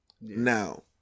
now